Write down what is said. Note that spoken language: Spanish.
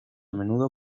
menudo